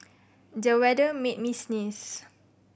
the weather made me sneeze